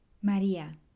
María